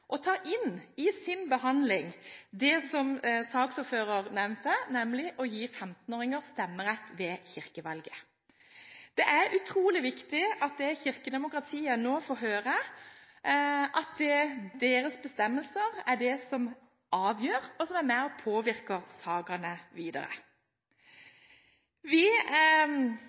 inn i sin behandling det som saksordføreren nevnte, nemlig å gi 15-åringer stemmerett ved kirkevalget. Det er utrolig viktig at det kirkedemokratiet nå får høre, er at det er deres bestemmelser som avgjør, og som er med på å påvirke sakene videre. Vi